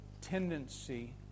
tendency